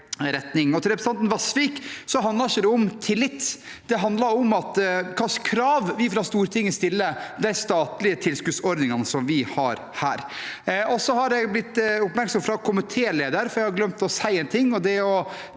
Til representanten Vasvik: Det handler ikke om tillit, det handler om hvilke krav vi fra Stortinget stiller til de statlige tilskuddsordningene vi har her. Jeg har blitt gjort oppmerksom på fra komitelederen at jeg har glemt å si en ting,